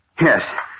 Yes